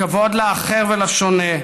לכבוד לאחר ולשונה,